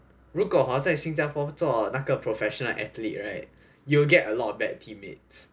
如果 hor 在新加坡做那个 professional athlete right you'll get a lot of bad teammates